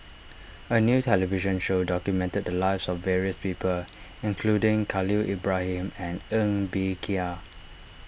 a new television show documented the lives of various people including Khalil Ibrahim and Ng Bee Kia